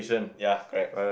ya correct